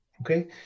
okay